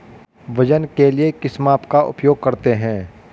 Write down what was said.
वजन के लिए किस माप का उपयोग करते हैं?